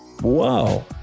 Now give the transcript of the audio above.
Whoa